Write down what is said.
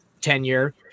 tenure